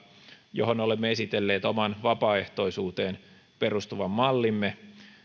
johon olemme esitelleet oman vapaaehtoisuuteen perustuvan mallimme